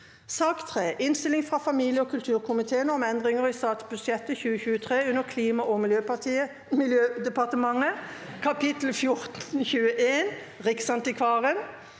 2023 Innstilling fra familie- og kulturkomiteen om Endringer i statsbudsjettet 2023 under Klima- og miljødepartementet, kap. 1429 Riksantikvaren